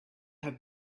have